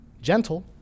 gentle